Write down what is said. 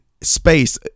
space